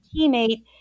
teammate